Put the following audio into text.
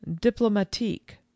diplomatique